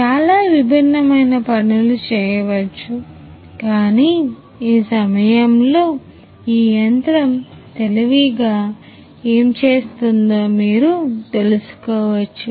చాలా విభిన్నమైన పనులు చేయవచ్చు కానీఈ సమయంలో ఈ యంత్రంతెలివిగా ఏమి చేస్తుందో మీరు తెలుసుకోవచ్చు